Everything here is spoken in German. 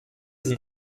sind